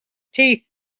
teeth